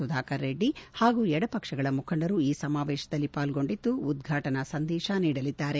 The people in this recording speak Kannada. ಸುಧಾಕರ್ ರೆಡ್ಡಿ ಹಾಗೂ ಎಡಪಕ್ಷಗಳ ಮುಖಂಡರು ಈ ಸಮಾವೇಶದಲ್ಲಿ ಪಾಲ್ಗೊಂಡಿದ್ದು ಉದ್ವಾಟನಾ ಸಂದೇಶವನ್ನು ನೀಡಲಿದ್ದಾರೆ